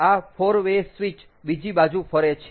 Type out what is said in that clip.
આ 4 way switch બીજી બાજુ ફરે છે